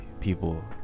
people